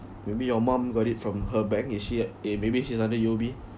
maybe your mum got it from her bank is she a maybe she's under U_O_B